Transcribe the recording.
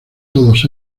todos